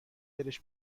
دلش